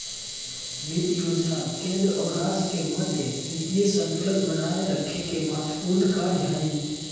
वित्त योजना केंद्र और राज्य के मध्य वित्तीय संतुलन बनाए रखे के महत्त्वपूर्ण कार्य हइ